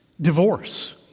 divorce